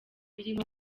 birimo